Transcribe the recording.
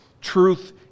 Truth